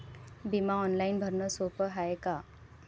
बिमा ऑनलाईन भरनं सोप हाय का?